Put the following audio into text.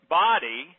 body